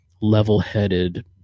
level-headed